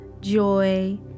joy